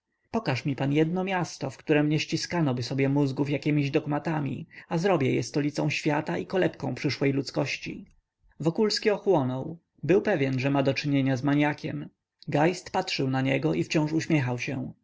pokaż mi pan jedno miasto w którem nie ściskanoby sobie mózgów jakiemiś dogmatami a zrobię je stolicą świata i kolebką przyszłej ludzkości wokulski ochłonął był pewny że ma do czynienia z maniakiem geist patrzył na niego i wciąż uśmiechał się